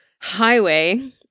highway